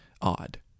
odd